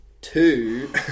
Two